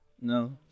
No